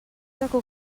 racó